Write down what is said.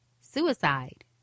suicide